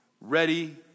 ready